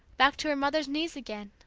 back to her mother's knees again?